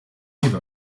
give